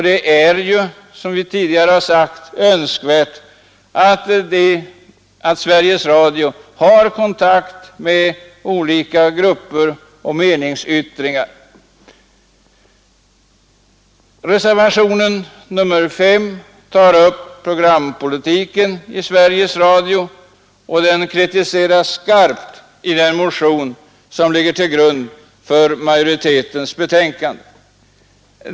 Det är, som vi tidigare sagt, önskvärt att Sveriges Radio har kontakt med olika grupper och meningsyttringar. Reservationen 5 tar upp programpolitiken i Sveriges Radio. De synpunkter som framförs i den motion som ligger till grund för reservationen 5 kritiseras skarpt av majoriteten i utskottet.